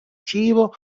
cibo